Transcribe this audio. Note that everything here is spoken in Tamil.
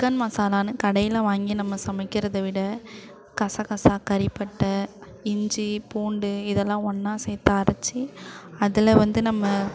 சிக்கன் மசாலானு கடையில் வாங்கி நம்ம சமைக்கிறதை விட கசகசா கறிப்பட்ட இஞ்சி பூண்டு இதெல்லாம் ஒன்றா சேர்த்து அரைத்து அதில் வந்து நம்ம